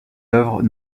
œuvres